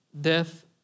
death